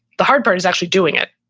the hard part is actually doing it,